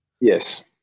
Yes